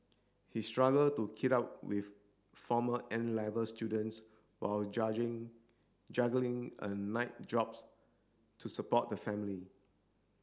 he struggled to keep up with former N Level students while juggling a night jobs to support the family